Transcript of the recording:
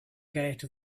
gate